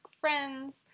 friends